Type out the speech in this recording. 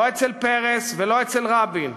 לא אצל פרס ולא אצל רבין.